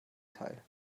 teil